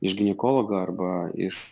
iš ginekologo arba iš